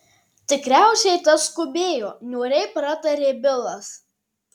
tikriausiai tas skubėjo niūriai pratarė bilas